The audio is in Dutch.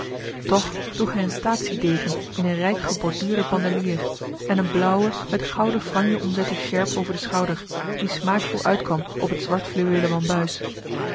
toch droeg hij een staatsiedegen in een rijk geborduurden bandelier en eene blauwe met gouden franje omzette sjerp over den schouder die smaakvol uitkwam op het zwart fluweelen wambuis